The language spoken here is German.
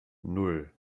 nan